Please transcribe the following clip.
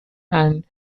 and